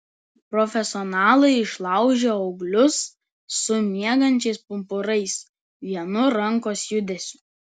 profesionalai išlaužia ūglius su miegančiais pumpurais vienu rankos judesiu